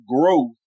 growth